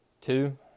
Two